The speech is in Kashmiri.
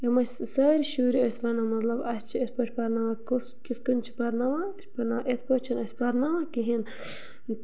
یِم ٲسۍ سٲری شُرۍ ٲسۍ وَنان مطلب اَسہِ چھِ یِتھ پٲٹھۍ پَرناوان کُس کِتھ کٔنۍ چھِ پَرناوان اَسہِ چھِ پرناوان یِتھ پٲٹھۍ چھِنہٕ اَسہِ پرناوان کِہیٖنۍ